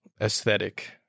aesthetic